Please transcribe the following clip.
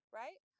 right